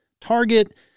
target